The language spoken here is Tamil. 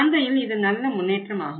சந்தையில் இது ஒரு நல்ல முன்னேற்றம் ஆகும்